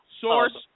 Source